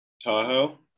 tahoe